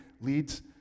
leads